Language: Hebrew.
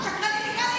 חברת הכנסת אפרת